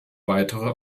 weitere